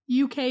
uk